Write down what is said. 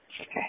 Okay